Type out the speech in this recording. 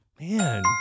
Man